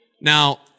Now